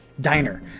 Diner